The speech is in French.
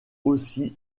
aussi